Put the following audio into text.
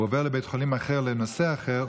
הוא עובר לבית חולים אחר בנושא אחר,